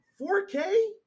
4K